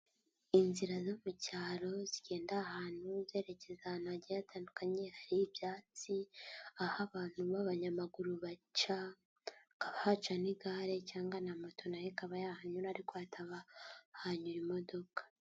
Inzira zo mu cyaro zigenda ahantu zerekeza ahantu hagiye hatandukanye, hari ibyatsi, aho abantu b'abanyamaguru baca haca, hakaba n'igare cyangwa na moto na yo ikaba yahanyura ariko hataba hanyura imodoka.